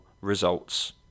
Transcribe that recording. results